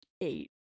eight